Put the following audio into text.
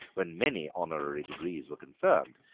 when many honorary degrees were conferred,